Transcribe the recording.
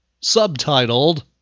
subtitled